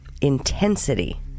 intensity